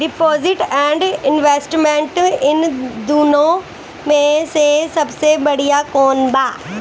Deposit and investment इन दुनो मे से सबसे बड़िया कौन बा?